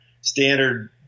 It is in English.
standard